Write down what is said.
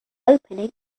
opening